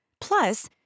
Plus